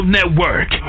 Network